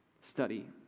study